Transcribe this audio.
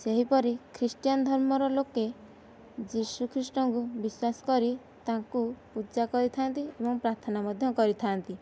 ସେହିପରି ଖ୍ରୀଷ୍ଟିୟାନ ଧର୍ମର ଲୋକେ ଯୀଶୁଖ୍ରୀଷ୍ଟଙ୍କୁ ବିଶ୍ୱାସ କରି ତାଙ୍କୁ ପୂଜା କରିଥାନ୍ତି ଏବଂ ପ୍ରାର୍ଥନା ମଧ୍ୟ କରିଥାନ୍ତି